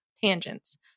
tangents